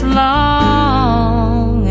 long